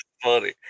Funny